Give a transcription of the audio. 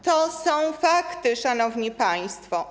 To są fakty, szanowni państwo.